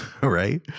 right